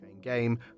...game